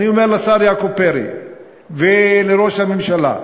אני אומר לשר יעקב פרי ולראש הממשלה: